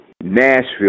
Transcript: Nashville